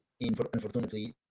unfortunately